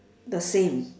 the same